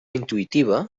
intuïtiva